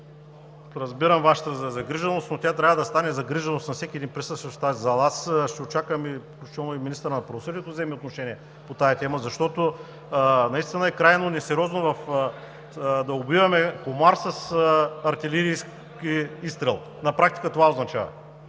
разбирам Вашата загриженост, но тя трябва да стане загриженост на всеки един присъстващ в тази зала. Аз ще очаквам включително и министърът на правосъдието да вземе отношение по тази тема, защото е крайно несериозно да убиваме комар с артилерийски изстрел – на практика това означава.